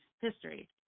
history